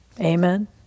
Amen